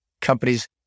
companies